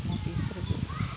நான் பேசுகிறது